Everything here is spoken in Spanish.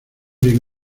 bien